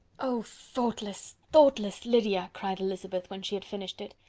oh! thoughtless, thoughtless lydia! cried elizabeth when she had finished it.